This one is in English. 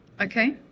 Okay